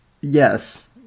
Yes